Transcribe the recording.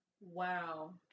wow